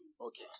Okay